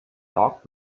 dark